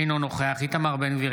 אינו נוכח איתמר בן גביר,